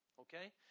Okay